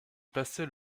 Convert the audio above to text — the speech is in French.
passait